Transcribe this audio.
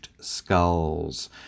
skulls